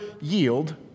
yield